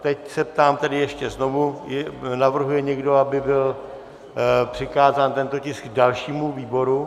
Teď se ptám ještě znovu, navrhuje někdo, aby byl přikázán tento tisk dalšímu výboru.